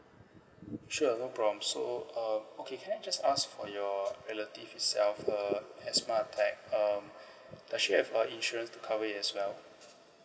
sure no problem so um okay can I just ask for your relative itself uh asthma attack um does she have a insurance to cover it as well